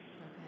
Okay